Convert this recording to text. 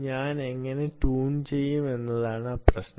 ഞാൻ എങ്ങനെ ട്യൂൺ ചെയ്യും എന്നതാണ് പ്രശ്നം